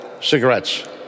Cigarettes